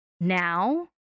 now